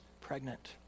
pregnant